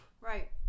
Right